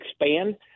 expand